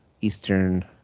eastern